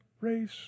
race